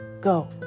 go